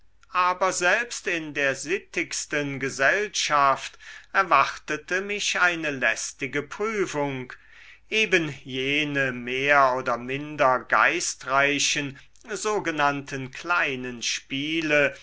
aber selbst in der sittigsten gesellschaft erwartete mich eine lästige prüfung eben jene mehr oder minder geistreichen sogenannten kleinen spiele